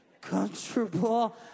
comfortable